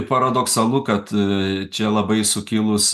paradoksalu kad a čia labai sukilus